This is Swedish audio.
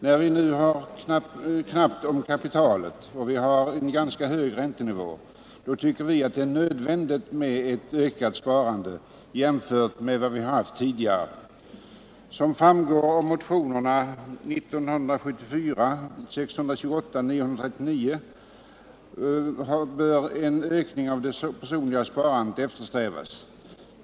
När det nu råder knapphet på kapital och då räntenivån är ganska hög anser vi reservanter att det är nödvändigt med ett ökat sparande. Som framgår av motionerna 628 och 939 bör en ökning av det personliga sparandet eftersträvas.